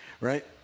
right